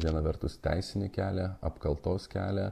viena vertus teisinį kelią apkaltos kelią